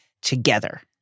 together